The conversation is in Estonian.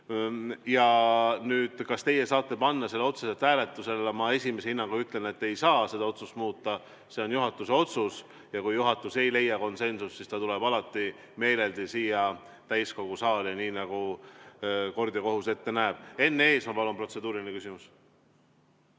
Nüüd, kas teie saate panna selle hääletusele? Ma esimese hinnanguna ütlen, et te ei saa seda otsust muuta, see on juhatuse otsus. Kui juhatus ei leia konsensust, siis see tuleb alati meeleldi siia täiskogu saali nii nagu kord ja kohus ette näeb. Enn Eesmaa, palun, protseduuriline küsimus!